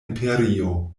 imperio